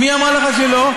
מי אמר לך שלא?